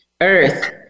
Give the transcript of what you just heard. earth